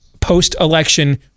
post-election